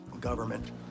government